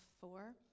four